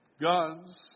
guns